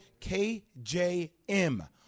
KJM